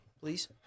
please